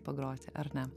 pagroti ar ne